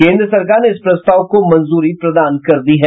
केंद्र सरकार ने इस प्रस्ताव को मंजूरी प्रदान कर दी है